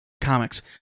comics